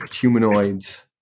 humanoids